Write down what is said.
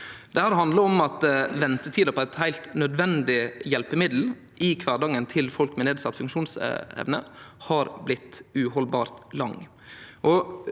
ventetida for eit heilt nødvendig hjelpemiddel i kvardagen til folk med nedsett funksjonsevne har blitt uhaldbart lang.